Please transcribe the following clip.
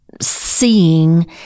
seeing